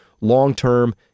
long-term